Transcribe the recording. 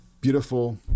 Beautiful